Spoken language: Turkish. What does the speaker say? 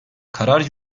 karar